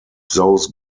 those